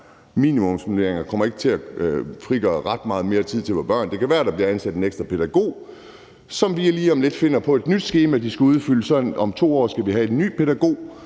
Minimumsnormeringer kommer ikke til at frigøre ret meget mere tid til vores børn. Det kan være, at der bliver ansat en ekstra pædagog, som vi lige om lidt finder på et nyt skema til, som de skal udfylde. Så om 2 år skal vi have en ny pædagog,